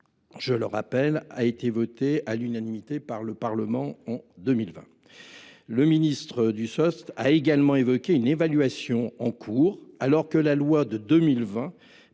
je le rappelle, a été décidée à l’unanimité par le Parlement en 2020. Le ministre Dussopt a également évoqué une évaluation en cours, alors que la loi de 2020